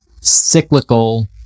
cyclical